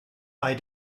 bei